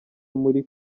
muri